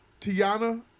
Tiana